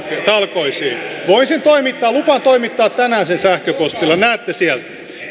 talkoisiin voin sen toimittaa lupaan toimittaa tänään sen sähköpostilla näette sieltä